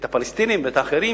את הפלסטינים ואת האחרים,